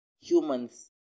humans